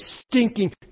stinking